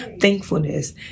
thankfulness